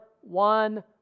one